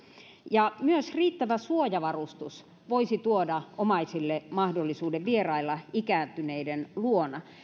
myös riittävä suojavarustus voisi tuoda omaisille mahdollisuuden vierailla ikääntyneiden luona